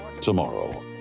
Tomorrow